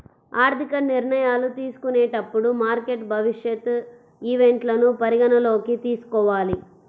ఆర్థిక నిర్ణయాలు తీసుకునేటప్పుడు మార్కెట్ భవిష్యత్ ఈవెంట్లను పరిగణనలోకి తీసుకోవాలి